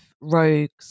rogues